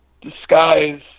disguise